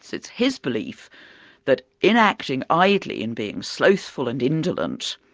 it's it's his belief that in acting idly and being slothful and indolent,